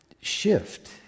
shift